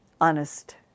honest